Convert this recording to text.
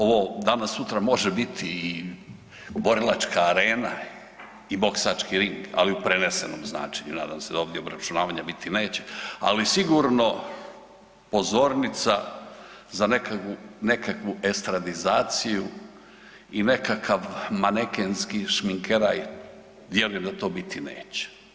Ovo danas sutra može biti i borilačka arena i boksački ring, ali u prenesenom značenju, nadam se da ovdje obračunavanja biti neće, ali sigurno pozornica za nekakvu estradizaciju i nekakav manekenski šminkeraj, vjerujem da to biti neće.